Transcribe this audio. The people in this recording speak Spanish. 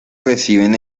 reciben